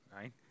right